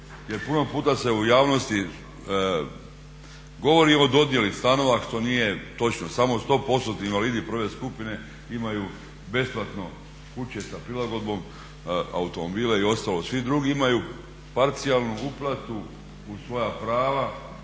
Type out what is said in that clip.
puno puta se u javnosti govori o dodjeli stanova što nije točno, samo 100%-ni invalidi i prve skupine imaju besplatno kuće sa prilagodbom, automobile i ostalo. Svi drugi imaju parcijalnu uplatu uz svoja prava